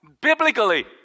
Biblically